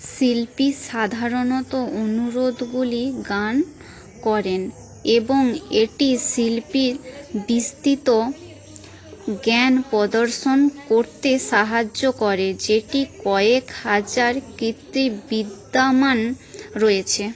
শিল্পী সাধারণত অনুরোধগুলি গান করেন এবং এটি শিল্পীর বিস্তৃত জ্ঞান প্রদর্শন করতে সাহায্য করে যেটি কয়েক হাজার কীর্তি বিদ্যমান রয়েছে